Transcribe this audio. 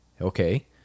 okay